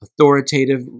authoritative